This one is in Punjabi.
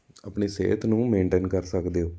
ਆਪਣੀ ਸਿਹਤ ਨੂੰ ਮੇਨਟੇਨ ਕਰ ਸਕਦੇ ਹੋ